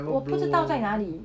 我不知道在哪里